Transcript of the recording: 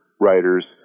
writers